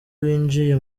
winjiye